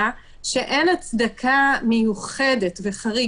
אחרי שהיא קיבלה את האינדיקציה מהחברה,